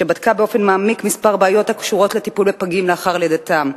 שבדקה באופן מעמיק כמה בעיות הקשורות בטיפול בפגים לאחר לידתם.